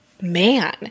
man